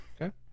Okay